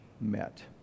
met